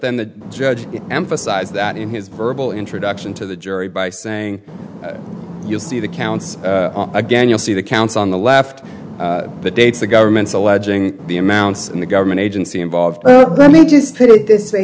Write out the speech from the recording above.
then the judge emphasized that in his verbal introduction to the jury by saying you'll see the counts again you'll see the counts on the left the dates the government's alleging the amounts and the government agency involved oh let me just put it this way